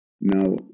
Now